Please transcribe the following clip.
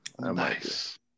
Nice